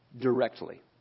Directly